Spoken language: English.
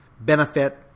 benefit